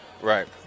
Right